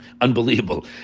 Unbelievable